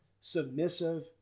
submissive